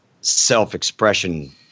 self-expression